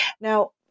Now